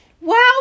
wow